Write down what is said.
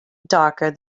darker